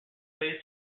based